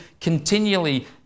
continually